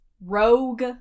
Rogue